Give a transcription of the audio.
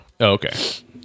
Okay